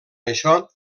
això